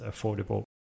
affordable